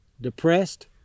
depressed